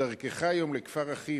בדרכך היום לכפר-אחים,